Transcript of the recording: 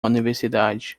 universidade